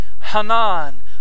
Hanan